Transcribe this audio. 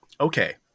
okay